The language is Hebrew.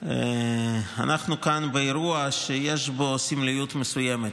אנחנו כאן באירוע שיש בו סמליות מסוימת.